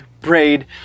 Braid